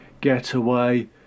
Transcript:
getaway